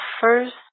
first